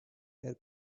air